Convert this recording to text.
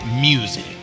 Music